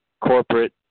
corporate